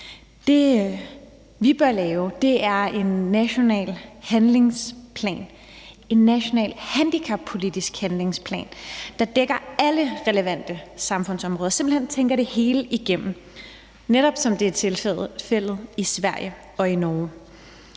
Det, vi bør lave, er en national handicappolitisk handlingsplan, der dækker alle relevante samfundsområder og simpelt hen tænker det hele igennem, netop som det er tilfældet i Sverige og i Norge.